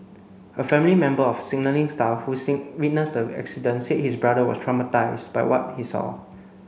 a family member of a signalling staff who witnessed the accident said his brother was traumatised by what he saw